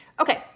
Okay